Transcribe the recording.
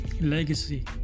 legacy